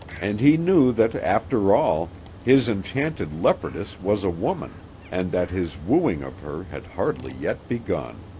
and he knew that after all his enchanted leopardess was a woman and that his wooing of her had hardly yet begun.